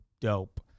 dope